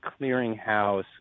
clearinghouse